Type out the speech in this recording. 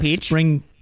spring